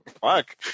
Fuck